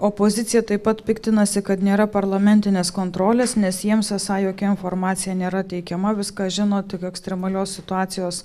opozicija taip pat piktinasi kad nėra parlamentinės kontrolės nes jiems esą jokia informacija nėra teikiama viską žino tik ekstremalios situacijos